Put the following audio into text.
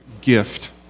gift